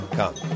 come